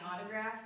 autographs